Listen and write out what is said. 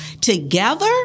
together